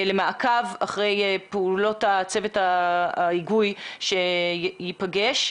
למעקב אחרי פעולות הצוות ההיגוי שייפגש.